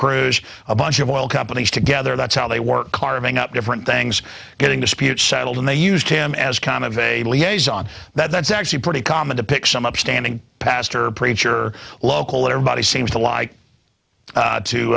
crews a bunch of oil companies together that's how they were carving up different things getting disputes settled and they used him as kind of a liaison that's actually pretty common to pick some upstanding pastor preacher local that everybody seems to like